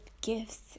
gifts